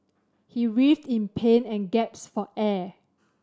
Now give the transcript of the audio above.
he writhed in pain and gasped for air